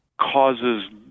causes